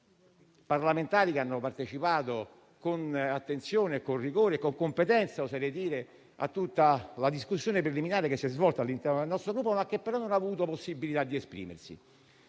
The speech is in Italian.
parlamentari che hanno partecipato con attenzione, rigore e competenza a tutta la discussione preliminare che si è svolta all'interno del nostro Gruppo, che però non hanno avuto possibilità di esprimersi.